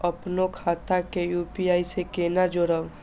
अपनो खाता के यू.पी.आई से केना जोरम?